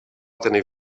tenir